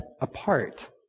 apart